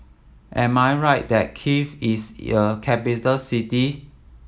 am I right that Kiev is a capital city